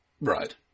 Right